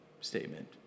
statement